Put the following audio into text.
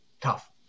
Tough